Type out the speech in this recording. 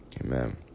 Amen